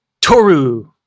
Toru